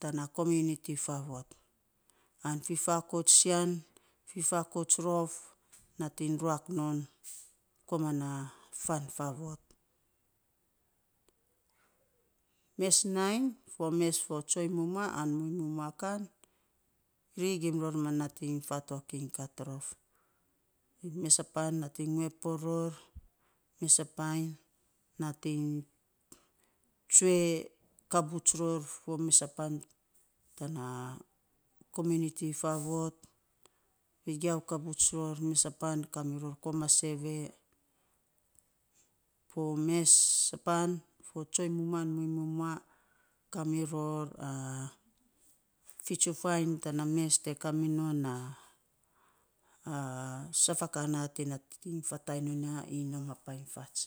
Tana kominiti faavot, an fifakout tsian, an fifakouts rof nating ruak non komananaf faavot. Mes nainy fo mes fo tsoiny mumua a muiny mumua kan, ri gim ror ma nating fatok iny kat rof, mesapan nating ngue poor ror, mesa pan nating tsue kabuts ror, fo mesa pan tana kominiti faavot vegiau kabut ror, mesapan kamiror koma sevee mesa pan, fo tsoiny mumua an muiny mumua kamiror fitsufainy tana mes te kaminon na saf a ka na te fatang non ya iny nom a painy fats.